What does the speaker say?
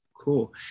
cool